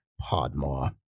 Podmore